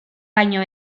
baino